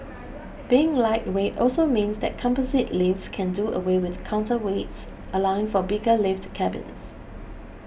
being lightweight also means that composite lifts can do away with counterweights allowing for bigger lift cabins